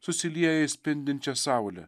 susilieja į spindinčią saulę